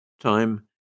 Time